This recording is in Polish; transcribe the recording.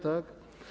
Tak?